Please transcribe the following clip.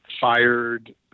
fired